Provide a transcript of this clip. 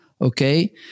Okay